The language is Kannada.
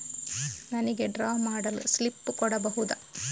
ನನಿಗೆ ಡ್ರಾ ಮಾಡಲು ಸ್ಲಿಪ್ ಕೊಡ್ಬಹುದಾ?